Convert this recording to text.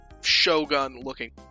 shogun-looking